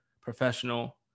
professional